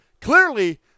Clearly